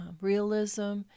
realism